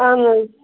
اہن حظ